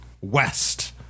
West